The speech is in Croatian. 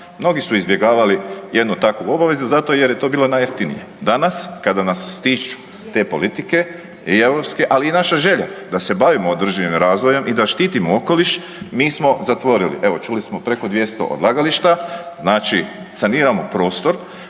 Mnogi su izbjegavali jednu takvu obavezu zato jer je to bilo najjeftinije. Danas kada nas stišću te politike i europske, ali i naša želja da se bavimo održivom razvojem i da štitimo okoliš mi smo zatvorili evo čuli smo preko 200 odlagališta. Znači saniramo prostor,